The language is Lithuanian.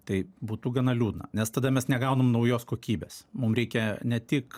tai būtų gana liūdna nes tada mes negaunam naujos kokybės mum reikia ne tik